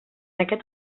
aquest